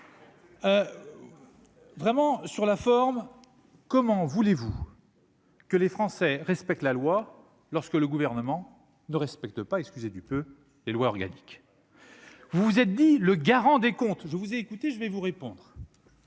Vraiment sur la forme, comment voulez-vous. Que les Français respectent la loi, lorsque le gouvernement ne respecte pas, excusez du peu, les lois organiques. Vous vous êtes dit le garant des comptes, je vous ai écouté, je vais vous répondre